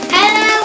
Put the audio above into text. Hello